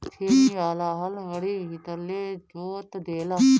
छेनी वाला हल बड़ी भीतर ले जोत देला